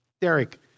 Derek